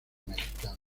mexicana